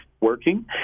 working